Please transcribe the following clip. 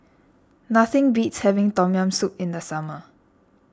nothing beats having Tom Yam Soup in the summer